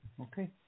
Okay